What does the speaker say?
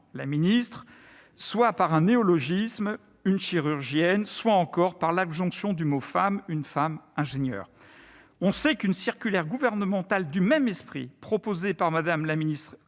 la ministre -, soit par un néologisme- une chirurgienne -, soit par l'adjonction du mot femme : une femme-ingénieur. On sait qu'une circulaire gouvernementale du même esprit, proposée par Mme la ministre